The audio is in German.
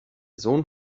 sohn